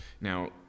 Now